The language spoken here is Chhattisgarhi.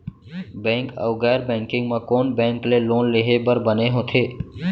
बैंक अऊ गैर बैंकिंग म कोन बैंक ले लोन लेहे बर बने होथे?